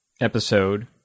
episode